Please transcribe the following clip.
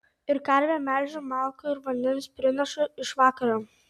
ir karvę melžiu malkų ir vandens prinešu iš vakaro